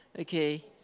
Okay